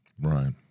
Right